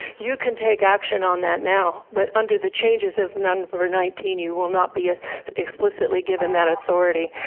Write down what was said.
you can take action on that now, but under the changes of number nineteen you will not be ah explicitly given that authority.